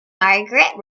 margaret